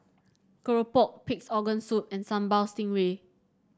keropok Pig's Organ Soup and Sambal Stingray